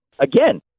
again